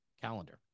calendar